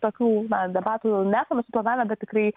tokių na debatų nesame suplanavę bet tikrai